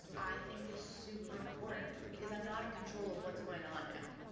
i think, is super important because i'm not in control of what's going on now.